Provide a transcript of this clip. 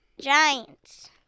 Giants